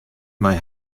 mei